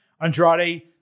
Andrade